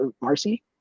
marcy